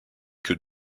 que